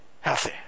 healthy